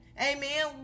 Amen